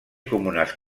comunes